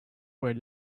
where